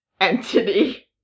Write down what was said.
entity